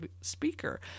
speaker